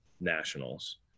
nationals